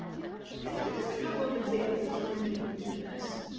yeah yeah. give us a couple of examples of when you would do this.